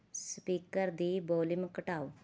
speaker ਦੀ volume ਘਟਾਓ